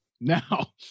Now